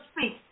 speak